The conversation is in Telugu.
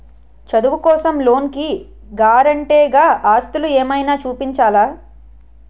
చదువు కోసం లోన్ కి గారంటే గా ఆస్తులు ఏమైనా చూపించాలా?